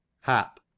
Hap